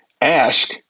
Ask